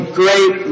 great